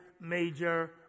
major